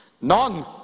none